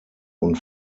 und